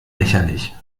lächerlich